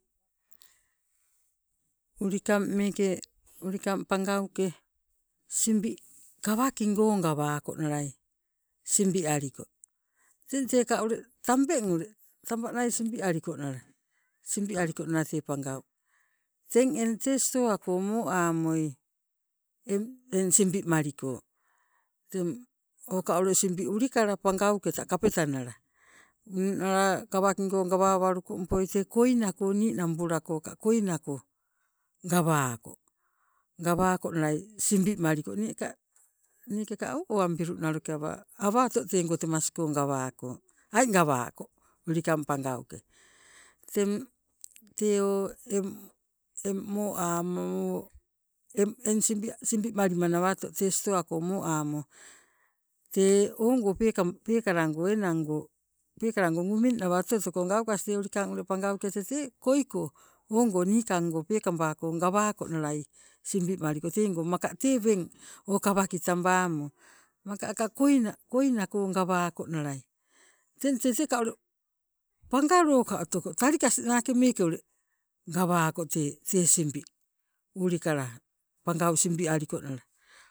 Ulikang meeke ulikang pangauke simbi kawakingon gawakonalai simbi aliko, teng teka ule tambeng taba nai simbi alikonala, simbi alikonala tee pangau. Teng eng tee stowa ko moamoi eng simbi maliko, teng oka simbi ule ulikala pangauketa kapetanala. Ninala kawakingo gawa walukompoi tee koina ninambula koina ko gawako, gawakonalai simbi maliko inneka owambilu naloke awa awaato teengo temasko gawangko ai gawako ulikang pangauke. Teng tee o eng, eng moamo eng simbi malimanawato stowaa ko moamo tee ogo peekalago enango gumi nawa oto otokas, tee ulikang pangauke tete koiko ogo niikango peekabako gawakonalai simbi maliko teego maka tee weng o kawaka tabamo maka aka koina, koinako gawakonalai. Teng tete ka ule pangaloka otoko talikas nake meeke ule gawako tee.